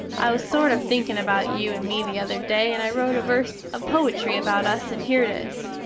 i was sort of thinkin about you and me the other day and i rote a verse of poitry about us and here it is,